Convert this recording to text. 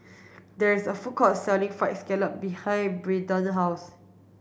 there is a food court selling fried scallop behind Brayden's house